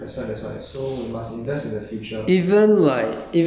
but is is the future mah is the future of ya